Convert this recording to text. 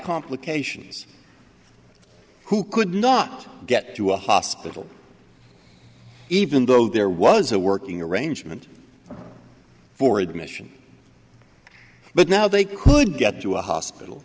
complications who could not get to a hospital even though there was a working arrangement for admission but now they couldn't get to a hospital